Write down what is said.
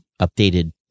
updated